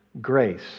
grace